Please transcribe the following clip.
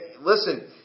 listen